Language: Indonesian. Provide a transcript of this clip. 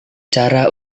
cara